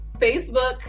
Facebook